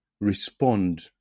respond